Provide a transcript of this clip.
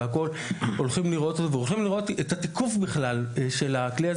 הולכים לראות את התיקוף של הכלי,